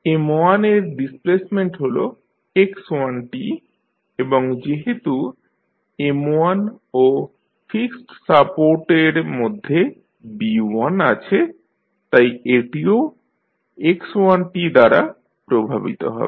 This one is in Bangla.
M1 এর ডিসপ্লেসমেন্ট হল x1 এবং যেহেতু M1 ও ফিক্সড সাপোর্ট এর মধ্যে B1আছে তাই এটিও x1t দ্বারা প্রভাবিত হবে